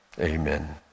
Amen